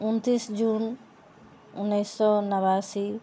उनतीस जून उन्नैस सए नबासी